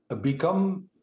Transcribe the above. become